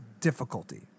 difficulty